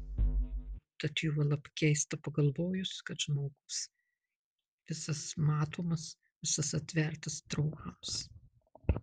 tad juolab keista pagalvojus kad žmogus visas matomas visas atvertas draugams